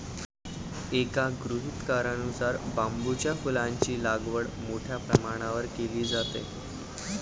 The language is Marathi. एका गृहीतकानुसार बांबूच्या फुलांची लागवड मोठ्या प्रमाणावर केली जाते